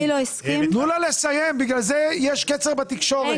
לכן יש קצר בתקשורת.